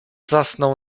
zasnął